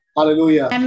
Hallelujah